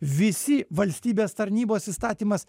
visi valstybės tarnybos įstatymas